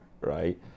Right